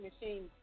machine